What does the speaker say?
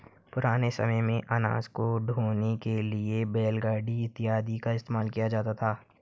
पुराने समय मेंअनाज को ढोने के लिए बैलगाड़ी इत्यादि का इस्तेमाल किया जाता था